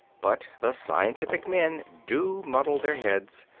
but the scientific men do muddle their heads,